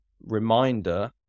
reminder